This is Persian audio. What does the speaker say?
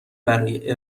برای